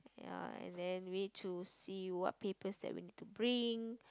ya and then we need to see what papers that we need to bring